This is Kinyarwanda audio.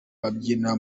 babyina